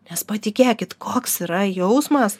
nes patikėkit koks yra jausmas